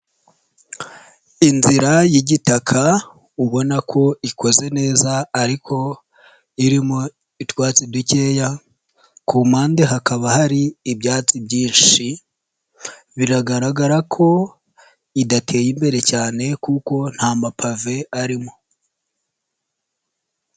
Inzira y'igitaka ubona ko ikoze neza ariko irimo utwatsi dukeya ku mpande hakaba hari ibyatsi byinshi biragaragara ko idateye imbere cyane kuko nta mapave arimo.